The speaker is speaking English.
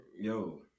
yo